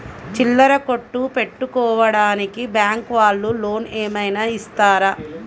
చిల్లర కొట్టు పెట్టుకోడానికి బ్యాంకు వాళ్ళు లోన్ ఏమైనా ఇస్తారా?